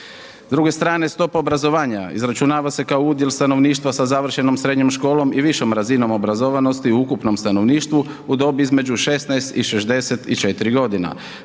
S druge strane stopa obrazovanja izračunava se kao udjel stanovništva sa završenom srednjom školom i višom razinom obrazovanosti u ukupnom stanovništvu u dobi između 16 i64 g. na